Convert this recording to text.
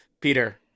Peter